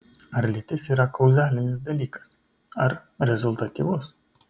ar lytis yra kauzalinis dalykas ar rezultatyvus